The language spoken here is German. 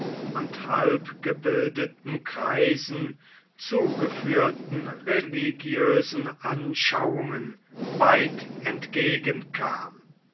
und halbgebildeten kreisen zugeführten religiösen anschauungen weit entgegenkam